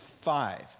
five